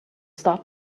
start